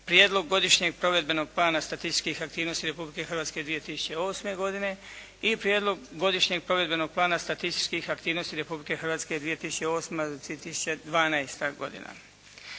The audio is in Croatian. Prijedlog godišnjeg provedbenog plana statističkih aktivnosti Republike Hrvatske 2008. godine i Prijedlog godišnjeg provedbenog plana statističkih aktivnosti Republike Hrvatske 2008. do 2012. godina.